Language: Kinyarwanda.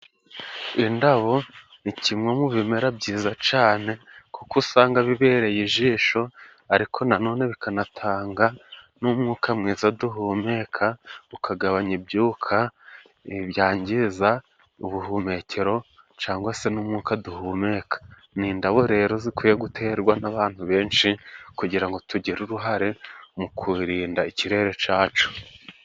Indabo ni kimwe mu bimera byiza cane kuko usanga bibereye ijisho. Ariko na none bikanatanga n'umwuka mwiza duhumeka, ukagabanya ibyuka byangiza ubuhumekero cangwa se n'umwuka duhumeka. Ni indabo rero zikwiye guterwa n'abantu benshi, kugira ngo tugire uruhare mu kurinda ikirere cacu.